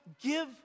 give